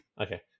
Okay